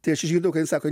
tai aš išgirdau kad ji sako